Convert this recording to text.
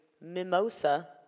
Mimosa